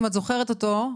אם את זוכרת אותו,